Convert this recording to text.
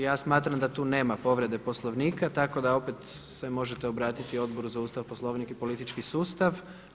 Ja smatram da tu nema povrede Poslovnika, tako da opet se možete obratiti Odboru za Ustav, Poslovnik i politički sustav.